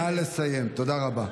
תודה רבה.